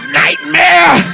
nightmare